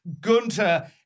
Gunter